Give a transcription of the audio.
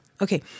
okay